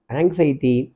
anxiety